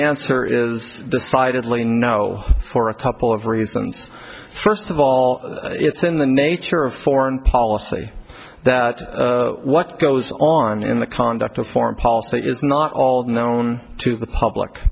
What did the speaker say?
answer is decidedly no for a couple of reasons first of all it's in the nature of foreign policy that what goes on in the conduct of foreign policy is not all known to the public